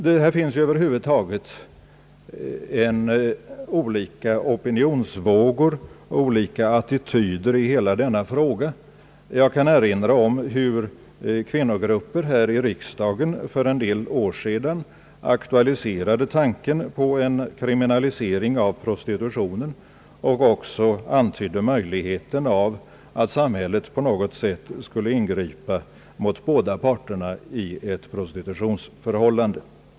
Det finns över huvud taget olika opinionsvågor och olika attityder i hela denna fråga. Jag kan erinra om hur kvinnogrupper här i riksdagen för en del år sedan aktualiserade tanken på en kriminalisering av prostitutionen och även antydde möjligheten att samhället på något sätt skulle ingripa mot båda parterna i ett prostitutionsförhållande.